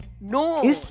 No